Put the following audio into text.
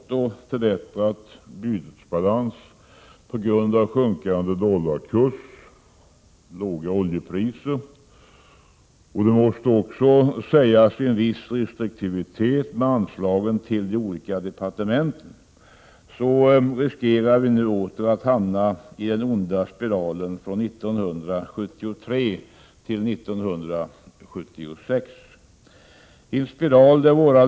Fru talman! Dagens debatt har hittills rört sig väldigt mycket kring den svenska ekonomin, med allt vad det innebär. Svensk ekonomi är i dag åter utsatt för påfrestningar. Efter några år med sjunkande budgetunderskott och förbättrad bytesbalans på grund av sjunkande dollarkurs, låga oljepriser och —- det måste också sägas — viss restriktivitet med anslagen till de olika departementen riskerar vi nu åter att hamna i den onda spiralen från 1973-1976.